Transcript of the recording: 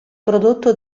prodotto